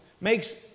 makes